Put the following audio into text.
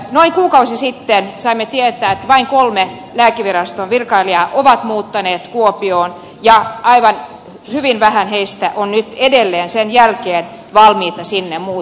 noin kuukausi sitten saimme tietää että vain kolme lääkeviraston virkailijaa on muuttanut kuopioon ja hyvin harva on edelleenkään valmis sinne muuttamaan